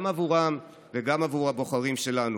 גם עבורם וגם עבור הבוחרים שלנו.